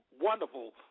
Wonderful